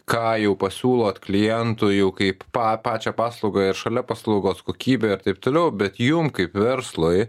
ką jūs pasiūlot klientui jau kaip pa pačią paslaugą ir šalia paslaugos kokybę ir taip toliau bet jum kaip verslui